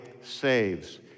saves